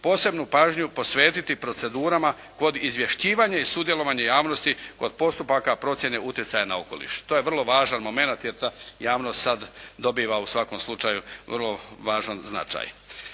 posebnu pažnju posvetiti procedurama kod izvješćivanja i sudjelovanja javnosti kod postupaka procjene utjecaja na okoliš. To je vrlo važan momenat, jer javnost sada dobiva u svakom slučaju vrlo važan značaj.